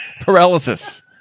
Paralysis